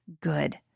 good